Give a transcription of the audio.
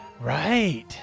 Right